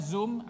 Zoom